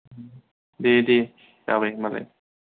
दे दे जाबाय होनबालाय